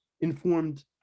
informed